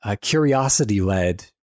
curiosity-led